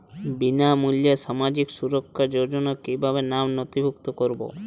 বিনামূল্যে সামাজিক সুরক্ষা যোজনায় কিভাবে নামে নথিভুক্ত করবো?